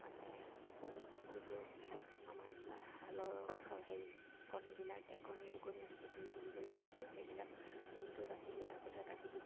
মানে যিটো আমাৰ হালৰ হেৰি কণিবিলাক একণি দুকণি এনেকৈ কৰি তুলিব লাগে যে সেইবিলাক তোলোঁতে বাচি গৈ থাকোঁতে কাঠিটোত